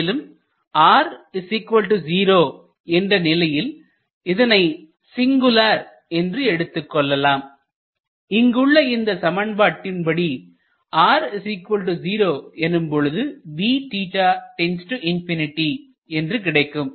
மேலும் r0 என்ற நிலையில் இதனை சிங்குளர் என்று எடுத்துக்கொள்ளலாம் இங்குள்ள இந்த சமன்பாட்டின்படி r0 எனும்பொழுது என்று கிடைக்கும்